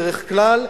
בדרך כלל,